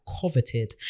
coveted